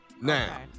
Now